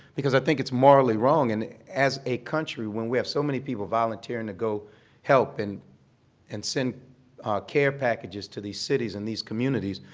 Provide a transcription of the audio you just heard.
because i think it's morally wrong. and as a country, when we have so many people volunteering to go help and and send care packages to these cities and these communities,